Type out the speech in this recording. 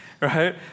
right